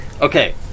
Okay